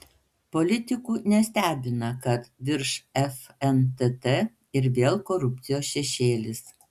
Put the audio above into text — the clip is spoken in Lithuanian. politikų nestebina kad virš fntt ir vėl korupcijos šešėlis